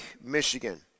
Michigan